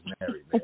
married